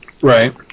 Right